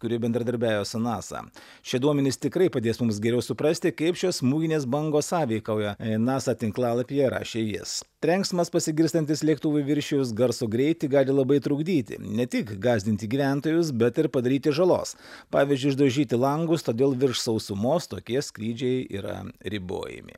kuri bendradarbiauja su nasa šie duomenys tikrai padės mums geriau suprasti kaip šios smūginės bangos sąveikauja nasa tinklalapyje rašė jis trenksmas pasigirstantis lėktuvui viršijus garso greitį gali labai trukdyti ne tik gąsdinti gyventojus bet ir padaryti žalos pavyzdžiui išdaužyti langus todėl virš sausumos tokie skrydžiai yra ribojami